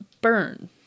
burn